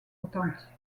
authentiques